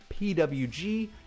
PWG